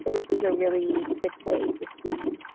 this is a really quick way to see